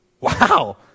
Wow